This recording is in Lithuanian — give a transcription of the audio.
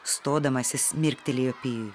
stodamasis mirktelėjo pijui